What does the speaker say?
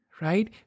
right